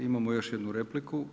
Imamo još jednu repliku.